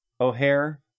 o'hare